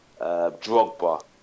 Drogba